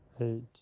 eight